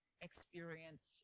experienced